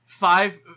Five